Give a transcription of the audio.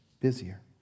busier